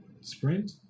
Sprint